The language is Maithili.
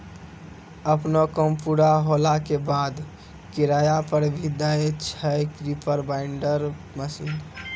आपनो काम पूरा होला के बाद, किराया पर भी दै छै रीपर बाइंडर मशीन